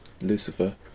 Lucifer